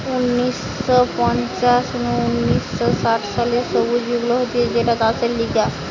উনিশ শ পঞ্চাশ নু উনিশ শ ষাট সালে সবুজ বিপ্লব হতিছে যেটা চাষের লিগে